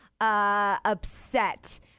Upset